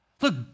Look